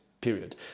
period